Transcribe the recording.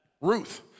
Ruth